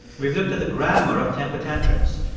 we've looked at the grammar of temper tantrums.